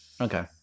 okay